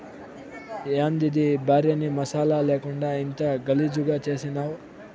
యాందిది ఈ భార్యని మసాలా లేకుండా ఇంత గలీజుగా చేసినావ్